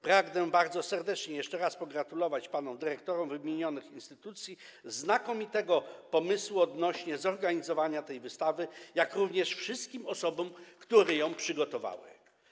Pragnę jeszcze raz bardzo serdecznie pogratulować panom dyrektorom wymienionych instytucji znakomitego pomysłu odnośnie do zorganizowania tej wystawy, jak również wszystkim osobom, które ją przygotowały.